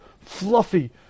fluffy